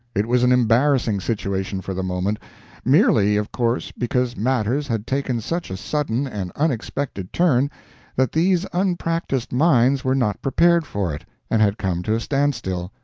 it was an embarrassing situation for the moment merely, of course, because matters had taken such a sudden and unexpected turn that these unpractised minds were not prepared for it, and had come to a standstill,